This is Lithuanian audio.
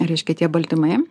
reiškia tie baltymai